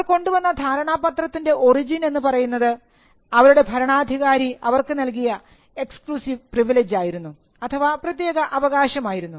അവർ കൊണ്ടുവന്ന ധാരണാപത്രത്തിൻറെ ഒറിജിൻ എന്ന് പറയുന്നത് അവരുടെ ഭരണാധികാരി അവർക്ക് നൽകിയ എക്സ്ക്ലൂസീവ് പ്രിവിലേജ് ആയിരുന്നു അഥവാ പ്രത്യേക അവകാശമായിരുന്നു